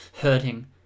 hurting